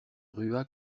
rua